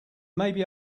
maybe